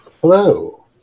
Hello